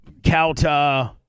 Calta